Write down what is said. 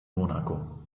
monaco